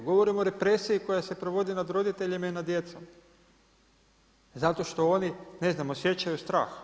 Govorim o represiji koja se provodi nad roditeljima i nad djecom zato što oni, ne znam osjećaju strah.